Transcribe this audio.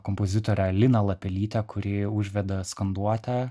kompozitorę liną lapelytę kuri užveda skanduotę